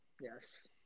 Yes